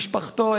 ומשפחתו,